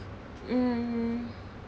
mm